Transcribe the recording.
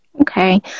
Okay